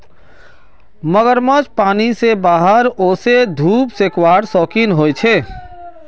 मगरमच्छ पानी से बाहर वोसे धुप सेकवार शौक़ीन होचे